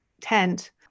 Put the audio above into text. tent